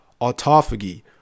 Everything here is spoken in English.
autophagy